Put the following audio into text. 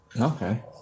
Okay